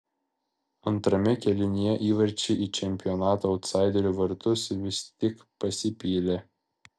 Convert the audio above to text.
antrame kėlinyje įvarčiai į čempionato autsaiderių vartus vis tik pasipylė